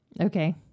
Okay